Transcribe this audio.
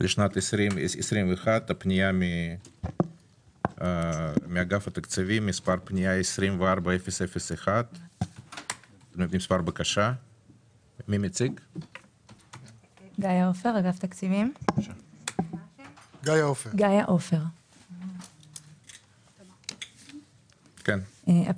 לשנת 2021. פנייה מאגף התקציבים, 24001. בבקשה.